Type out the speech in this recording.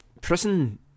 prison